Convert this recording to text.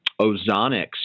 ozonics